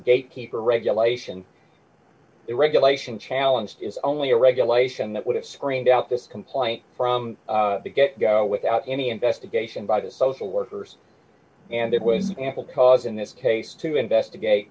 gatekeeper regulation the regulation challenge is only a regulation that would have screamed out this complaint from the get go without any investigation by the social workers and that when ample cause in this case to investigate